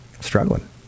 struggling